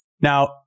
Now